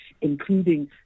including